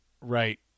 right